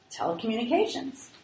telecommunications